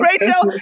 Rachel